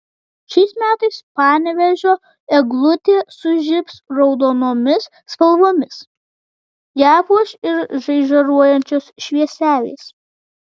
šiais metais panevėžio eglutė sužibs raudonomis spalvomis ją puoš ir žaižaruojančios švieselės